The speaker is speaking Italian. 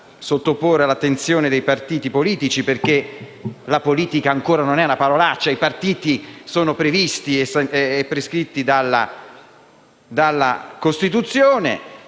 sottoporre all'attenzione dei partiti politici - perché la «politica» ancora non è una parolaccia e i partiti sono previsti dalla Costituzione